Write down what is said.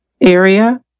area